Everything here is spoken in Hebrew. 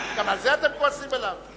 גם על זה אתם כועסים עליו?